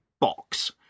box